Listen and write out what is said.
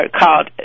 called